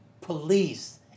police